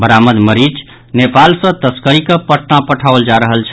बरामद मरीच नेपाल सँ तस्करी कऽ पटना पठाओल जा रहल छल